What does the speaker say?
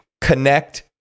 connect